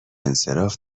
انصراف